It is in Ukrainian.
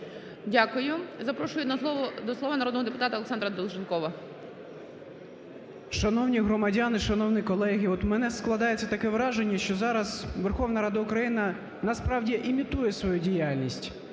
Дякую. Запрошую до слова народного депутата Олександра Долженкова. 11:31:26 ДОЛЖЕНКОВ О.В. Шановні громадяни, шановні колеги, от у мене складається таке враження, що зараз Верховна Рада України насправді імітує свою діяльність.